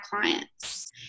clients